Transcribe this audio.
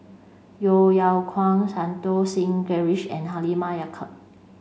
Yeo Yeow Kwang Santokh Singh Grewal and Halimah Yacob